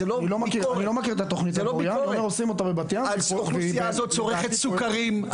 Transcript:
צורכת סוכרים.